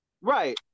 right